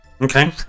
Okay